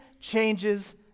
changes